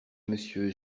monsieur